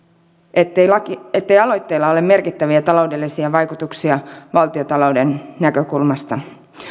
ettei aloitteella ole merkittäviä taloudellisia vaikutuksia valtiontalouden näkökulmasta